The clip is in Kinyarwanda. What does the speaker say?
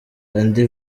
andy